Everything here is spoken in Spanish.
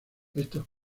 estos